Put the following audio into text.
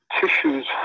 tissues